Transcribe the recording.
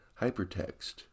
hypertext